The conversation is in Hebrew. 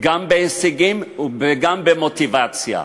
גם בהישגים וגם במוטיבציה.